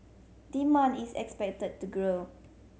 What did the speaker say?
demand is expected to grow